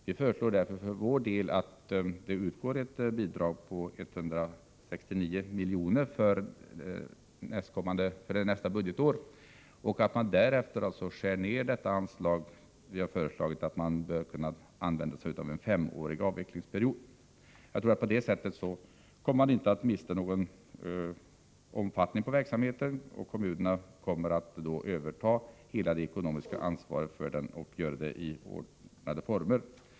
Vi föreslår för vår del att det utgår ett bidrag på 169 milj.kr. för nästa budgetår, och därefter kan man skära ned anslaget. Vi har föreslagit att man skall använda sig av en femårig avvecklingsperiod. På det sättet tror jag inte att man kommer att mista någon omfattning av verksamheten. Kommunerna kommer att överta hela det ekonomiska ansvaret och att göra det i ordnade former.